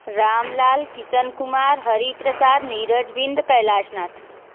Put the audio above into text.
Ram Lal Kishan Kumar Hari Prasad Neeraj Bind Kailash Nath